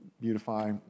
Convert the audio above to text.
beautify